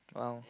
!wow!